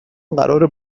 قراره